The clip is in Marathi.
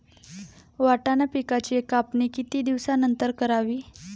वाटाणा पिकांची कापणी किती दिवसानंतर करावी?